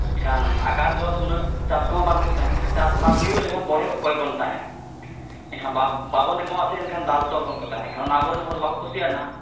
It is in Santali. ᱮᱱᱠᱷᱟᱱ ᱟᱠᱟᱞ ᱡᱚᱦᱚᱜ ᱫᱚ ᱩᱱᱟᱹᱜ ᱪᱟᱥ ᱠᱚᱦᱚᱸ ᱵᱟᱝ ᱦᱩᱭᱩᱜ ᱛᱟᱦᱮᱸᱫ ᱪᱮᱥ ᱵᱟᱝ ᱦᱩᱭᱩᱜ ᱨᱮᱦᱚᱸ ᱵᱚᱬᱦᱮ ᱠᱚ ᱠᱚᱭ ᱵᱚᱱ ᱛᱟᱦᱮᱸᱫ ᱮᱱᱠᱷᱟᱱ ᱵᱟᱵᱚᱱ ᱮᱢᱚᱜᱼᱟ ᱥᱮ ᱮᱱᱠᱷᱟᱱ ᱫᱟᱞ ᱛᱚᱞ ᱵᱚᱱ ᱛᱟᱦᱮᱸᱫ ᱮᱱᱠᱷᱟᱱ ᱚᱱᱟ ᱟᱵᱚᱨᱮᱱ ᱦᱚᱲ ᱫᱚ ᱵᱟᱠᱚ ᱠᱩᱥᱤᱭᱟᱫᱼᱟ